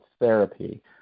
therapy